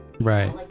Right